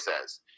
says